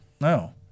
No